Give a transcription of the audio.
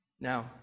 Now